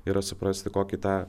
yra suprasti kokį tą